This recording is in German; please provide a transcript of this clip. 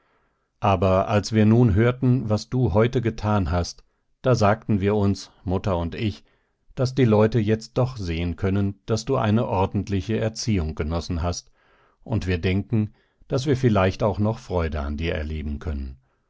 aber als wir nun hörten was du heute getan hast da sagten wir uns mutter und ich daß die leute jetzt doch sehen können daß du eine ordentliche erziehung genossen hast und wir denken daß wir vielleicht auch noch freude an dir erleben können